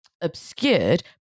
obscured